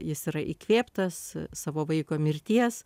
jis yra įkvėptas savo vaiko mirties